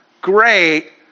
great